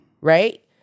right